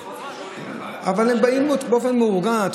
אבל הם באים באופן מאורגן.